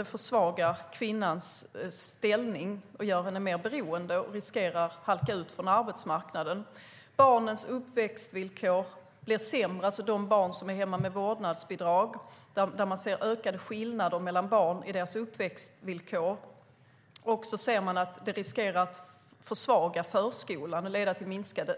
Det försvagar kvinnans ställning och gör henne mer beroende. Hon riskerar att halka ur arbetsmarknaden. Barnens uppväxtvillkor blev sämre, alltså de barn vars förälder var hemma med vårdnadsbidrag. Man ser ökade skillnader i barns uppväxtvillkor. Man ser att det riskerar att försvaga förskolan och leda till minskad